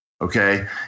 Okay